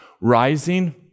rising